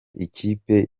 ikipe